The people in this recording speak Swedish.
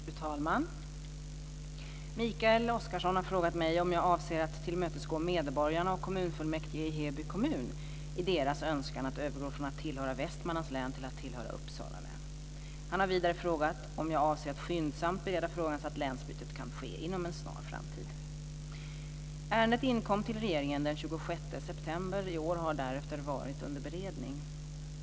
Fru talman! Mikael Oscarsson har frågat mig om jag avser att tillmötesgå medborgarna och kommunfullmäktige i Heby kommun i deras önskan att övergå från att tillhöra Västmanlands län till att tillhöra Uppsala län. Han har vidare frågat om jag avser att skyndsamt bereda frågan så att länsbytet kan ske inom en snar framtid. Ärendet inkom till regeringen den 26 september i år och har därefter varit under beredning.